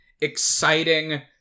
exciting